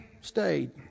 stayed